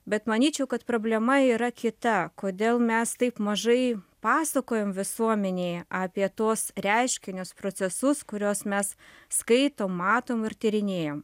bet manyčiau kad problema yra kita kodėl mes taip mažai pasakojam visuomenėje apie tuos reiškinius procesus kuriuos mes skaitom matom ir tyrinėjam